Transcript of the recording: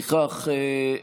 הכול,